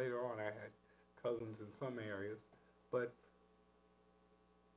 later on i had cousins in some areas but